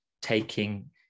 taking